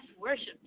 worship